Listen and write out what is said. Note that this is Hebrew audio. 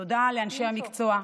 תודה לאנשי המקצוע,